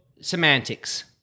semantics